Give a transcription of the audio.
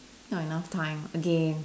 not enough time again